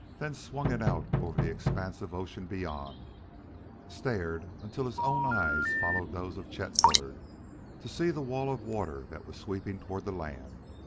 then swung it out over the expanse of ocean beyond stared until his own eyes followed those of chet bullard to see the wall of water that was sweeping toward the land.